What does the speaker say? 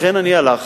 לכן אני הלכתי,